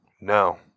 No